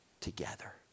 together